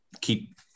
keep